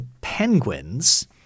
Penguins